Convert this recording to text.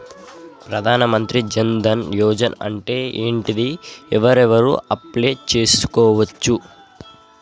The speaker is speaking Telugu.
ప్రధాన మంత్రి జన్ ధన్ యోజన అంటే ఏంటిది? ఎవరెవరు అప్లయ్ చేస్కోవచ్చు?